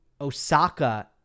Osaka